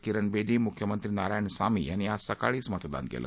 किरन बेदी मुख्यमंत्री नारायण सामी यांनी आज सकाळीच मतदान केलं